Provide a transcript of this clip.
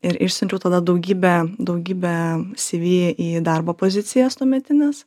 ir išsiunčiau tada daugybę daugybę cv į darbo pozicijas tuometines